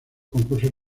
concursos